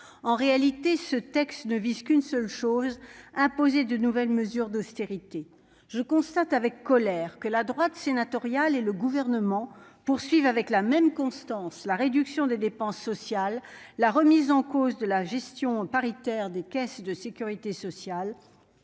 En réalité, ce texte ne vise qu'une seule chose : imposer de nouvelles mesures d'austérité. Je constate avec colère que la droite sénatoriale et le Gouvernement poursuivent avec la même constance la réduction des dépenses sociales, la remise en cause de la gestion paritaire des caisses de sécurité sociale,